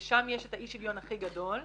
שם יש את האי שוויון הכי גדול.